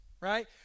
right